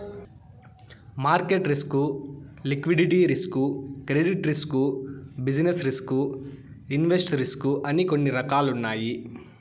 market risk liquidity risk credit risk business risk invest risk అని కొన్ని రకాలున్నాయి